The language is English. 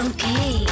Okay